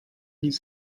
nic